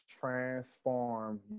transform